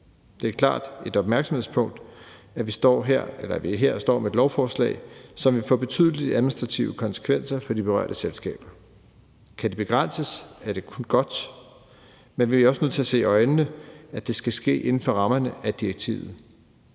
Det er klart et opmærksomhedspunkt, at vi her står med et lovforslag, som vil have betydelige administrative konsekvenser for de berørte selskaber. Kan det begrænses, er det kun godt, men vi er også nødt til at se i øjnene, at det skal ske inden for rammerne af direktivet.